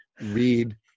read